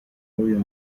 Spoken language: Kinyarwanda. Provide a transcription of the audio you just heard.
w’uyu